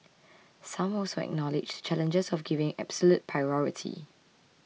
some also acknowledged the challenges of giving absolute priority